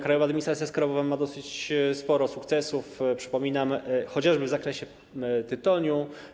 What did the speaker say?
Krajowa Administracja Skarbowa ma sporo sukcesów, przypominam, chociażby w zakresie tytoniu.